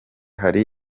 hari